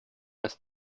ist